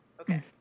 Okay